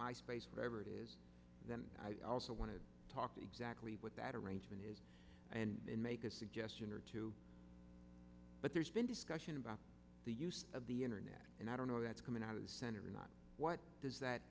my space whatever it is then i also want to talk to exactly what that arrangement is and make a suggestion or two but there's been discussion about the use of the internet and i don't know that's coming out of the senate or not what does that